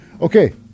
Okay